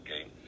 okay